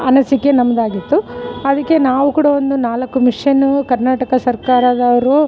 ಅನಿಸಿಕೆ ನಮ್ದಾಗಿತ್ತು ಅದಕ್ಕೆ ನಾವು ಕೂಡ ಒಂದು ನಾಲ್ಕು ಮಿಷನ್ನು ಕರ್ನಾಟಕ ಸರ್ಕಾರದವರು